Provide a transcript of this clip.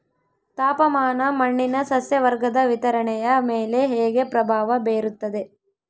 ತಾಪಮಾನ ಮಣ್ಣಿನ ಸಸ್ಯವರ್ಗದ ವಿತರಣೆಯ ಮೇಲೆ ಹೇಗೆ ಪ್ರಭಾವ ಬೇರುತ್ತದೆ?